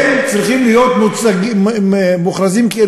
בדיוק את אותה הכרזה הכריזו, אבל הם לא ארגון.